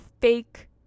fake